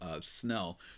Snell